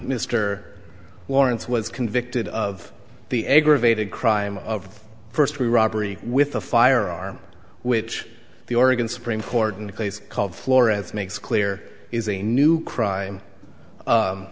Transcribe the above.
mr lawrence was convicted of the aggravated crime of first robbery with a firearm which the oregon supreme court in a place called flores makes clear is a new crime